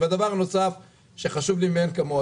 הדבר הנוסף שחשוב לי מאין כמוהו,